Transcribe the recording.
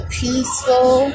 peaceful